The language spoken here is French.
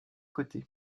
côté